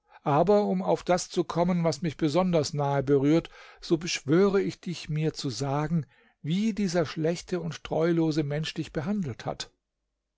aber um auf das zu kommen was mich besonders nahe berührt so beschwöre ich dich mir zu sagen wie dieser schlechte und treulose mensch dich behandelt hat